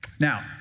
Now